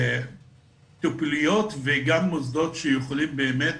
טיפוליות וגם מוסדות שיכולים באמת